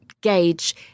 gauge